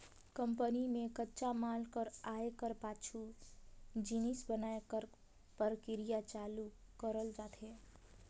company में कच्चा माल कर आए कर पाछू जिनिस बनाए कर परकिरिया चालू करल जाथे